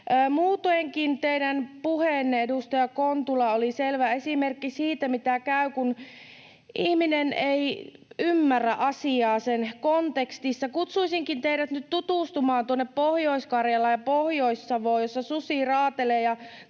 Muutoinkin teidän puheenne, edustaja Kontula, oli selvä esimerkki siitä, miten käy, kun ihminen ei ymmärrä asiaa sen kontekstissa. Kutsuisinkin teidät nyt tutustumaan tuonne Pohjois-Karjalaan ja Pohjois-Savoon, jossa susi raatelee